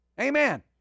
Amen